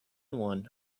one